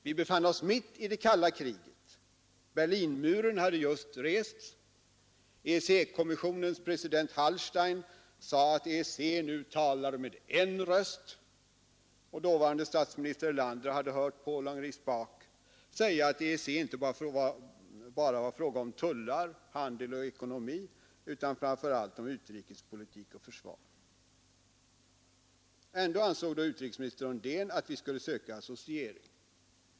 Vi befann oss mitt i det kalla kriget, Berlinmuren hade just rests, EEC-kommissionens president Hallstein sade att EEC talar med en röst, och dåvarande statsministern Erlander hade hört Paul-Henri Spaak säga att EEC inte bara var en fråga om tullar, handel och ekonomi utan framför allt om utrikespolitik och försvar. Ändå ansåg då utrikesministern Undén att vi skulle söka associering.